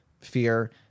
fear